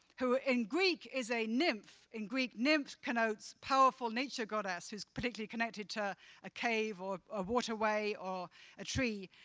who in greek is a nymph, in greek, nymph connotes powerful nature goddess who's particularly connected to a cave or a waterway or a tree.